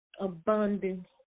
abundance